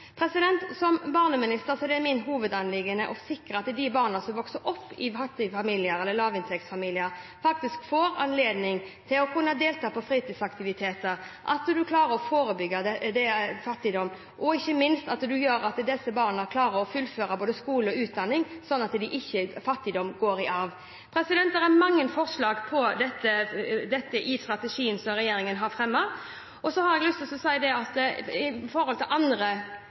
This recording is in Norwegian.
Som barneminister er det mitt hovedanliggende å sikre at de barna som vokser opp i fattige familier, eller lavinntektsfamilier, faktisk får anledning til å kunne delta på fritidsaktiviteter, at en klarer å forebygge fattigdom, og ikke minst at en gjør det slik at disse barna klarer å fullføre både skole og utdanning, slik at ikke fattigdom går i arv. Det er mange forslag på dette området i strategien som regjeringen har fremmet. Så har jeg lyst til å si, i forhold til andre